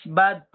bad